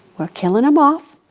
we're killing em off.